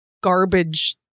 garbage